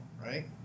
right